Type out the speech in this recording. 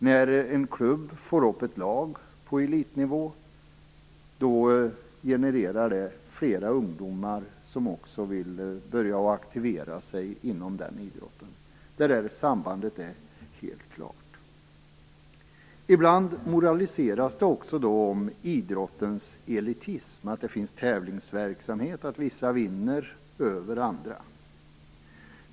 När en klubb får upp ett lag på elitnivå genererar det fler ungdomar som också vill börja aktivera sig inom den idrotten. Det sambandet är helt klart. Ibland moraliseras det också över idrottens elitism, över att det finns tävlingsverksamhet och över att vissa vinner över andra.